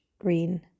green